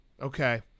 Okay